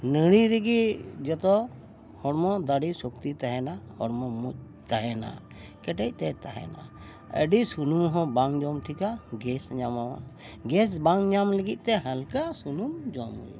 ᱱᱟᱹᱲᱤ ᱨᱮᱜᱮ ᱡᱷᱚᱛᱚ ᱦᱚᱲᱢᱚ ᱫᱟᱲᱮ ᱥᱚᱠᱛᱤ ᱛᱟᱦᱮᱱᱟ ᱦᱚᱲᱢᱚ ᱢᱚᱡᱽ ᱛᱟᱦᱮᱱᱟ ᱠᱮᱴᱮᱡ ᱛᱮ ᱛᱟᱦᱮᱱᱟ ᱟᱹᱰᱤ ᱥᱩᱱᱩᱢ ᱦᱚᱸ ᱵᱟᱝ ᱡᱚᱢ ᱴᱷᱤᱠᱟ ᱜᱮᱥ ᱧᱟᱢᱚᱜᱼᱟ ᱜᱮᱥ ᱵᱟᱝ ᱧᱟᱢ ᱞᱟᱹᱜᱤᱫ ᱛᱮ ᱦᱟᱞᱠᱟ ᱥᱩᱱᱩᱢ ᱡᱚᱢ ᱦᱩᱭᱩᱜᱼᱟ